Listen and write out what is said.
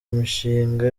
mishinga